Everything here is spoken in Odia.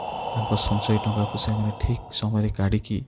ତାଙ୍କ ସଞ୍ଚୟ ଟଙ୍କାକୁ ସେମାନେ ଠିକ୍ ସମୟରେ କାଢ଼ିକି